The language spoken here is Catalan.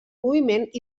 moviment